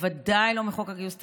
בוודאי לא מחוק הגיוס,